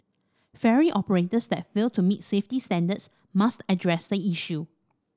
ferry operators that fail to meet safety standards must address the issue